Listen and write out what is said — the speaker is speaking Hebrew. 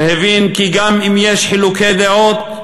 והוא הבין שגם אם יש חילוקי דעות,